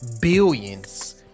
billions